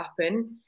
happen